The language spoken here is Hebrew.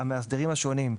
המאסדרים השונים,